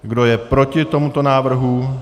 Kdo je proti tomuto návrhu?